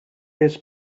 his